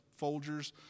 Folgers